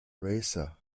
racer